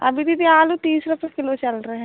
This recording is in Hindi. अभी दीदी आलू तीस रुपए किलो चल रहे हैं